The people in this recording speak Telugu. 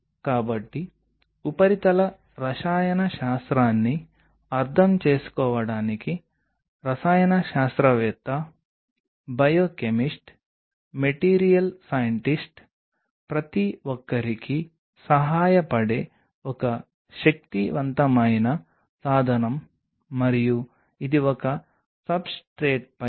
ఇది ఇలా అవుతుంది మరియు మీరు ఉపరితల విశ్లేషణ చేయడానికి AFM చిట్కాను తీసుకుంటే మీరు ఇలాంటిది ఏమి చూస్తారు ఇది ఉపరితల విశ్లేషణపై మీకు తెలిసిన కఠినమైన ఉపరితలం మరియు అవి బహిర్గతమవుతాయి